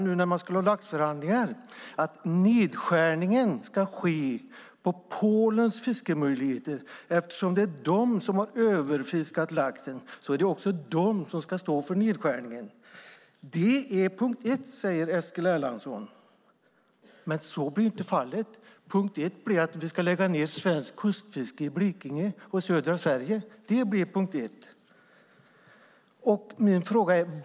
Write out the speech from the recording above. När man skulle ha laxförhandlingar sade vi också att nedskärningen ska ske på Polens fiskemöjligheter. Eftersom det är Polen som har överfiskat lax är det också de som ska stå för nedskärningen. Det är punkt ett, säger Eskil Erlandsson. Men så blir inte fallet. Punkt ett blir att vi ska lägga ned svenskt kustfiske i Blekinge och södra Sverige.